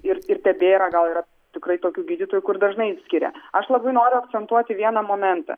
ir ir tebėra gal yra tikrai tokių gydytojų kur dažnai skiria aš labai noriu akcentuoti vieną momentą